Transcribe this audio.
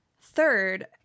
Third